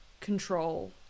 control